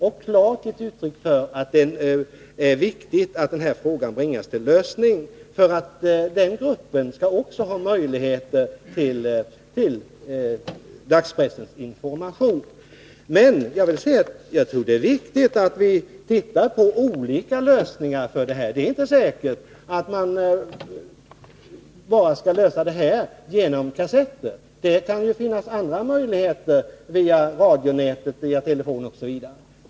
Vi har klart gett uttryck för att det är viktigt att den frågan får en lösning. Också den gruppen människor skall ju ha möjligheter att inhämta information i dagspressen. Jag tror att det är viktigt att vi tittar på olika lösningar i det avseendet. Det är inte säkert att frågan kan lösas bara med hjälp av kassetter. Det finns ju andra möjligheter — via radionät, telefon osv.